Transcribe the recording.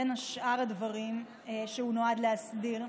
בין שאר הדברים שהוא נועד להסדיר,